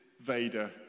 Vader